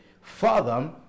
Father